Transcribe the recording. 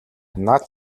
над